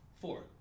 Four